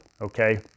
okay